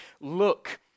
look